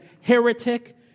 heretic